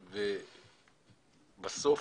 בסוף,